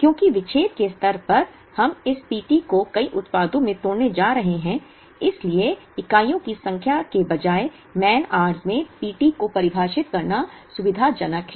क्योंकि विच्छेद के स्तर पर हम इस P t को कई उत्पादों में तोड़ने जा रहे हैं और इसलिए इकाइयों की संख्या के बजाय man hours में P t को परिभाषित करना सुविधाजनक है